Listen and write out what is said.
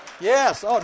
Yes